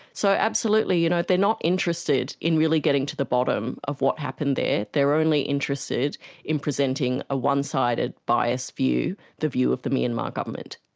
so, absolutely, you know, they're not interested in really getting to the bottom of what happened there. they're only interested in presenting a one sided, biased view, the view of the myanmar government.